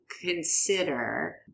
consider